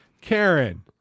Karen